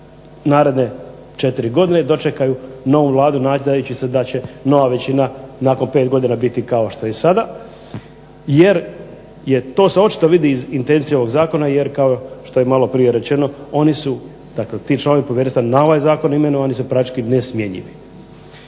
naredne četiri godine i dočekaju novu vladu nadajući se da će nova većina nakon 5 godina biti kao što je i sada, jer je, to se očito vidi iz intencije ovog zakona, jer kao što je maloprije rečeno oni su, dakle ti članovi povjerenstva na ovaj zakon imenovani su praktički nesmjenjivi.